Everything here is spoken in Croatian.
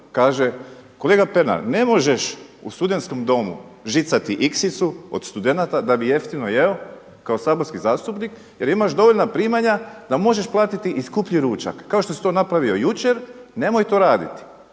kaže, kolega Pernar ne možeš u studentskom domu žicati ixicu od studenata da bi jeftino jeo kao saborski zastupnik jer imaš dovoljna primanja da možeš platiti i skuplji ručak, kao što si to napravio jučer, nemoj to raditi.